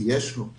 כי יש לו.